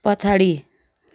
पछाडि